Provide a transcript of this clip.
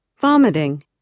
vomiting